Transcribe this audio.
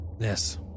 Yes